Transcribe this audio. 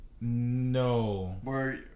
No